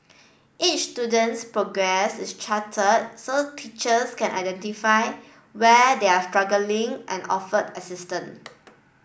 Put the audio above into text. each student's progress is charted so teachers can identify where they are struggling and offer assistance